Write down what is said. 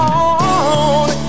on